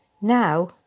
Now